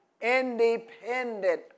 Independent